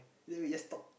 then we just talk